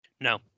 no